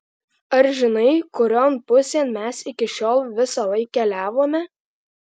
ar žinai kurion pusėn mes iki šiol visąlaik keliavome